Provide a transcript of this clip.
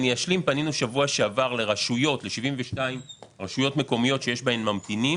פנינו בשבוע שעבר ל-72 רשויות מקומיות שיש בהן ממתינים